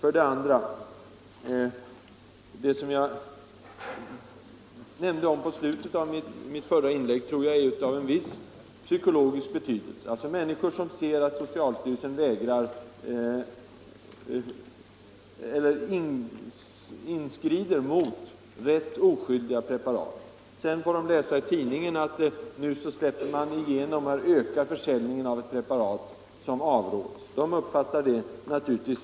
Vidare tror jag det är av en viss psykologisk betydelse vad jag nämnde i slutet av mitt förra inlägg. Människor ser att socialstyrelsen inskrider mot rätt oskyldiga preparat. Sedan får de läsa i tidningen att man släpper igenom en ökad försäljning av ett preparat som anses mindre lämpligt.